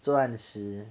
钻石